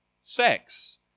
sex